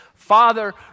Father